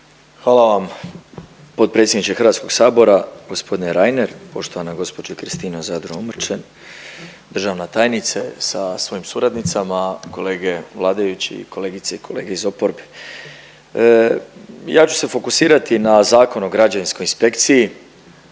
Hvala vam potpredsjedniče Hrvatskog sabora, gospodine Reiner, poštovana gospođo Kristina Zadro-Omrčen, državna tajnice sa svojim suradnicama, kolege vladajući i kolegice i kolege iz oporbe. Ja ću se fokusirati na Zakon o građevinskoj inspekciji.